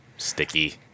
sticky